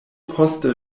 poste